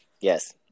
Yes